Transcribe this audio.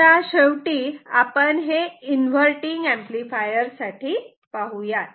आता शेवटी आपण हे इन्व्हर्टटिंग एंपलीफायर साठी पाहुयात